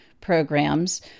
programs